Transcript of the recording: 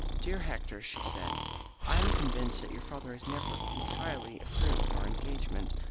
dear hector, she said i am convinced that your father has never entirely approved of our engagement,